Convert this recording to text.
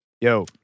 Yo